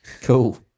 Cool